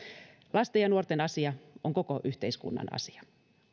lasten ja nuorten asia on koko yhteiskunnan asia